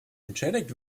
entschädigt